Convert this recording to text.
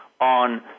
on